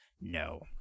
No